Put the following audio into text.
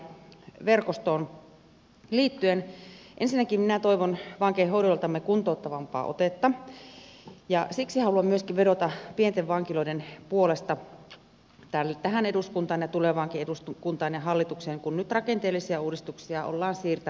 ensinnäkin minä toivon vankeinhoidoltamme kuntouttavampaa otetta ja siksi haluan vedota pienten vankiloiden puolesta tähän eduskuntaan ja tulevaankin eduskuntaan ja hallitukseen kun nyt rakenteellisia uudistuksia ollaan siirtämässä jälleen kerran